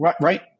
right